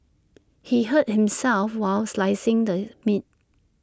he hurt himself while slicing the meat